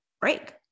break